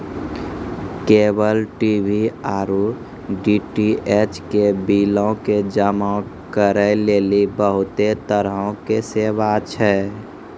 cable TV आरु DTH के बिलो के जमा करै लेली बहुते तरहो के सेवा छै